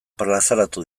plazaratu